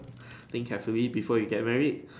think carefully before you get married